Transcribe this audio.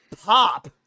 pop